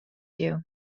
you